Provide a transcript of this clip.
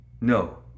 No